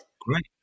Great